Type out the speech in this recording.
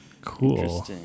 Cool